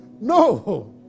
No